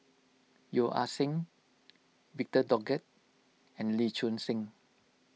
Yeo Ah Seng Victor Doggett and Lee Choon Seng